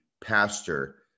pastor